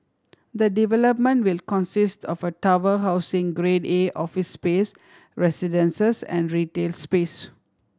the development will consist of a tower housing Grade A office space residences and retail space